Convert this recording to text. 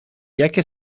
jakie